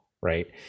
right